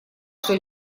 что